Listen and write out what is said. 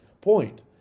point